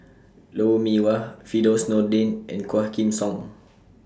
Lou Mee Wah Firdaus Nordin and Quah Kim Song